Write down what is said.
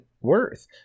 worth